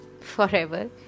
forever